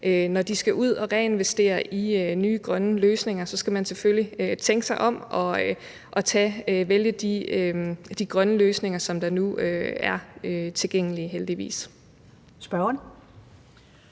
når de skal ud at reinvestere i nye grønne løsninger, skal de selvfølgelig tænke sig om og vælge de grønne løsninger, som heldigvis er tilgængelige nu. Kl.